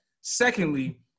Secondly